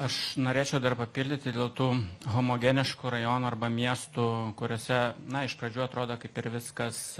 aš norėčiau dar papildyti dėl tų homogeniškų rajonų arba miestų kuriuose na iš pradžių atrodo kaip ir viskas